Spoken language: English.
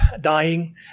dying